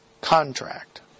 contract